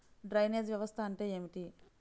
Drainage వ్యవస్థ అంటే ఏమిటి?